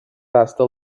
tasta